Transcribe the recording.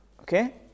Okay